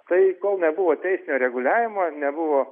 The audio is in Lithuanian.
tai kol nebuvo teisinio reguliavimo nebuvo